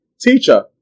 Teacher